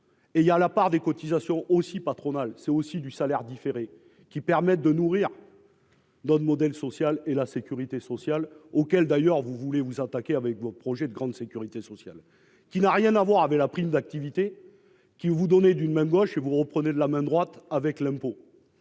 et d'une part brute. Les cotisations patronales sont des salaires différés, qui permettent de financer notre modèle social et la sécurité sociale, auxquels d'ailleurs vous voulez vous attaquer avec votre projet de grande sécurité sociale, qui n'a rien à voir avec la prime d'activité. Vous donnez de la main gauche et vous reprenez de la main droite avec l'impôt